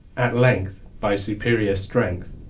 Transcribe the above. at length, by superior strength,